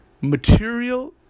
material